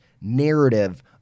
narrative